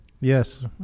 Yes